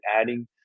adding